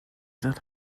that